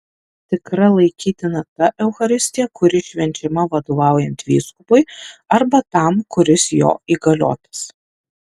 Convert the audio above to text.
tikra laikytina ta eucharistija kuri švenčiama vadovaujant vyskupui arba tam kuris jo įgaliotas